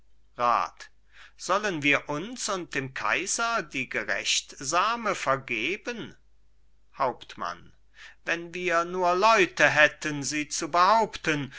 sollen wir uns und dem kaiser die gerechtsame vergeben hauptmann wenn wir nur leute hätten sie zu behaupten